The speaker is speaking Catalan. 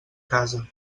casa